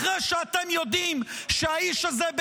אחרי שאתם יודעים שהאיש הזה,